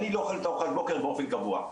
אני לא אוכלת ארוחת בוקר באופן קבוע,